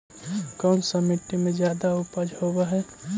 कोन सा मिट्टी मे ज्यादा उपज होबहय?